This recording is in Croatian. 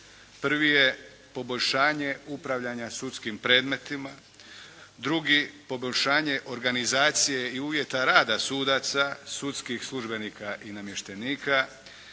Prvi je poboljšanje upravljanja sudskim predmetima. Drugi, poboljšanje organizacije i uvjeta rada sudaca, sudskih službenika i namještenika.